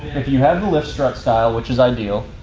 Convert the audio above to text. if you have the lift strut style, which is ideal,